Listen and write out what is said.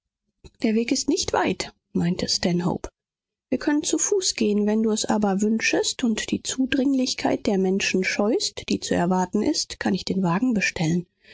der weg ist nicht weit meinte stanhope wir können zu fuß gehen wenn du es aber wünschest und die zudringlichkeit der menschen scheust die zu erwarten ist kann ich den wagen bestellen